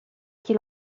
qu’il